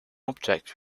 object